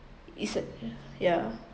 it's yeah